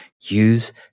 Use